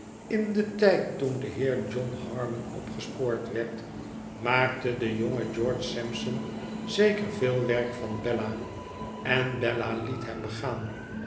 ia den tijd toen de heer john harmon opgespoord werd maakte de jonge george sampson zeker veel werk van bella en bella liet hem begaan